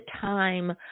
time